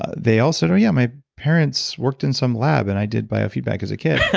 they all said well, yeah. my parents worked in some lab, and i did biofeedback as a kid.